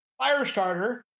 Firestarter